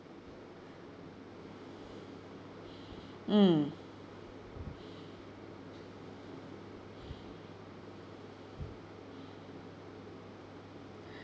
mm